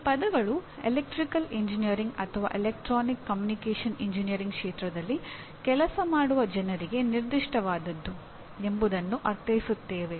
ಈ ಪದಗಳು electrical engineering ಅಥವಾ ಎಲೆಕ್ಟ್ರಾನಿಕ್ಸ್ ಕಮ್ಯುನಿಕೇಶನ್ ಎಂಜಿನಿಯರಿಂಗ್ ಕ್ಷೇತ್ರದಲ್ಲಿ ಕೆಲಸ ಮಾಡುವ ಜನರಿಗೆ ನಿರ್ದಿಷ್ಟವಾದದ್ದು ಎಂಬುದನ್ನು ಅರ್ಥೈಸುತ್ತವೆ